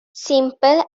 simple